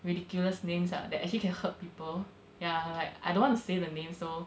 ridiculous names ah that actually can hurt people ya like I don't want to say the name so